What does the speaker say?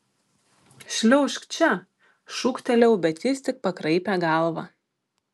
šliaužk čia šūktelėjau bet jis tik pakraipė galvą